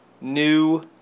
new